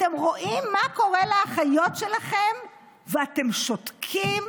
אתם רואים מה קורה לאחיות שלכם ואתם שותקים,